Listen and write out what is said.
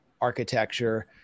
architecture